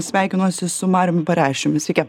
sveikinuosi su mariumi pareščiumi sveiki